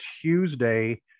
Tuesday